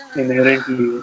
inherently